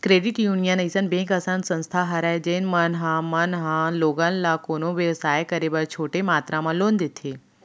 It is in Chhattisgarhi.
क्रेडिट यूनियन अइसन बेंक असन संस्था हरय जेन मन ह मन ह लोगन ल कोनो बेवसाय करे बर छोटे मातरा म लोन देथे